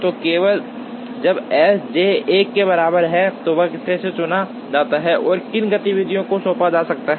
तो केवल जब एस जे 1 के बराबर है कि वर्कस्टेशन चुना जाता है और किन गतिविधियों को सौंपा जा सकता है